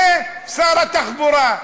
זה שר התחבורה.